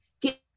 get